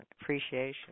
appreciation